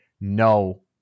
No